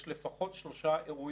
אנחנו כמטה הסברה